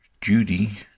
Judy